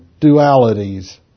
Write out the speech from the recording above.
dualities